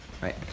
right